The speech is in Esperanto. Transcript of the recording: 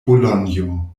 bolonjo